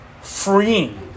freeing